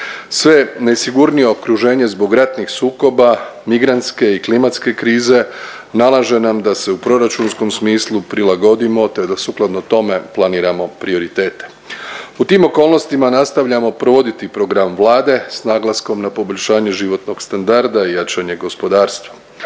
sve nesigurnije okruženje zbog ratnih sukoba, migrantske i klimatske krize nalaže nam da se u proračunskom smislu prilagodimo, te da sukladno tome planiramo prioritete. U tim okolnostima nastavljamo provoditi program Vlade sa naglaskom na poboljšanje životnog standarda i jačanje gospodarstva.